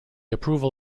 approval